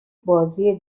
بازی